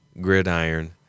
gridiron